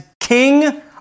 king